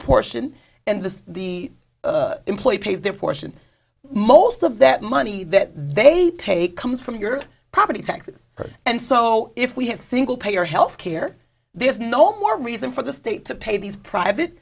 portion and the the employer pays their portion most of that money that they pay comes from your property taxes and so if we have single payer health care there's no more reason for the state to pay these private